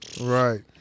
right